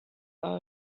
are